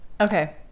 Okay